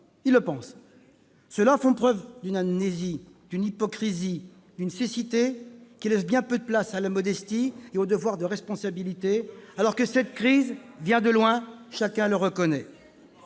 gouvernement. Ceux-là font preuve d'une amnésie, d'une hypocrisie et d'une cécité qui laissent bien peu de place à la modestie et au devoir de responsabilité, alors que cette crise- chacun le reconnaît